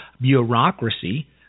bureaucracy